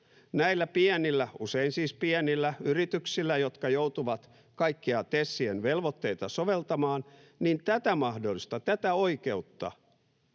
näillä pienillä — usein siis pienillä — yrityksillä, jotka joutuvat kaikkia TESien velvoitteita soveltamaan, ei tätä mahdollisuutta, tätä oikeutta